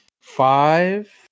five